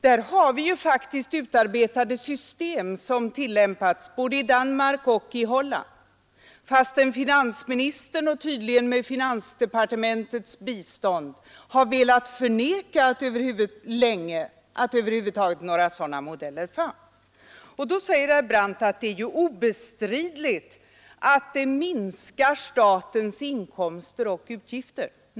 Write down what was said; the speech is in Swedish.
Det finns faktiskt utarbetade system som har tillämpats både i Danmark och i Holland, fastän finansministern länge har velat förneka att över huvud taget några sådana modeller existerade. Herr Brandt säger att det är obestridligt att en indexreglering minskar statens inkomster och utgifter.